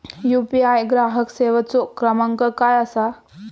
UPI ग्राहक सेवेचो क्रमांक काय असा?